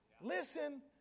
Listen